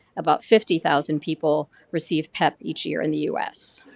about fifty thousand people receive pep each year in the u s.